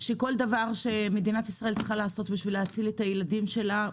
שכל דבר שמדינת ישראל צריכה לעשות בשביל להציל את הילדים שלה,